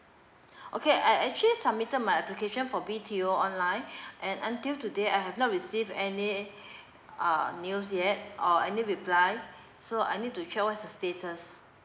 okay I actually submitted my application for B_T_O online and until today I have not receive any uh news yet or any reply so I need to check what's the status